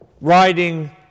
riding